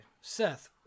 Seth